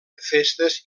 festes